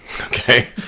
Okay